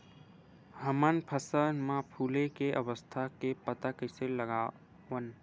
हमन फसल मा फुले के अवस्था के पता कइसे लगावन?